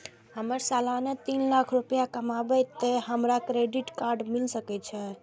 हमर सालाना तीन लाख रुपए कमाबे ते हमरा क्रेडिट कार्ड मिल सके छे?